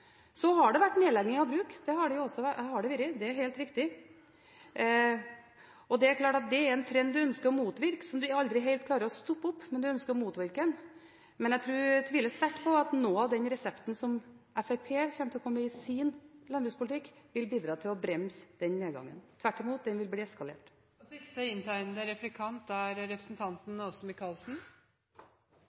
Så har det vært nedlegginger av bruk, det er helt riktig. Det er klart at dette er en trend du ønsker å motvirke, som du aldri helt klarer å stoppe opp, men jeg tviler sterkt på at noe av den resepten som Fremskrittspartiet vil komme med i sin landbrukspolitikk, vil bidra til å bremse den nedgangen. Tvert imot – den vil bli eskalert. Jeg kan jo ikke unngå å stille den tidligere statsråden på samferdselsområdet et lite spørsmål: Det er